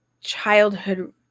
childhood